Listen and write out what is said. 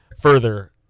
further